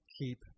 Keep